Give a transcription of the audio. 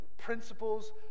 principles